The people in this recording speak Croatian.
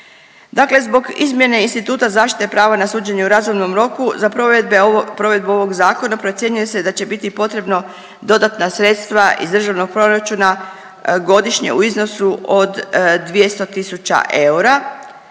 Dakle, zbog izmjene instituta zaštite prava na suđenje u razumnom roku za provedbe ovog, provedbu ovog zakona procjenjuje se da će biti potrebno dodatna sredstva iz Državnog proračuna godišnje u iznosu od 200 tisuća eura.